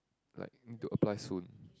like need to apply soon